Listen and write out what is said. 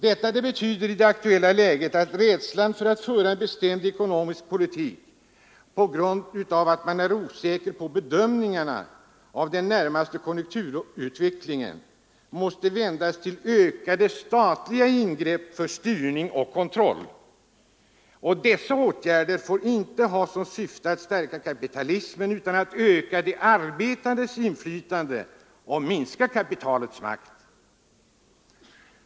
Detta betyder i det aktuella läget att rädslan att föra en bestämd ekonomisk politik på grund av att man är osäker i bedömningen av den närmaste konjunkturutvecklingen måste vändas. I stället måste ökade statliga ingrepp göras för styrning och kontroll. Dessa åtgärder får inte ha som syfte att stärka kapitalismen, utan att öka de arbetandes inflytande och minska kapitalets makt.